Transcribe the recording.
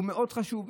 הוא מאוד חשוב?